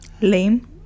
lame